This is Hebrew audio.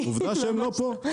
באת לתת לו כוח, בגלל זה הם לא פה.